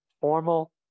Formal